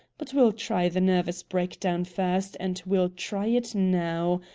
but we'll try the nervous breakdown first, and we'll try it now.